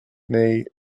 neu